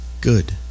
good